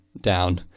down